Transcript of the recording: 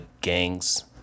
gangs